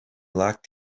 lack